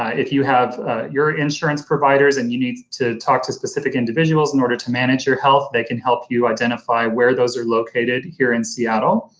if you have your insurance providers and you need to talk to specific individuals in order to manage your health, they can help you identify where those are located here in seattle.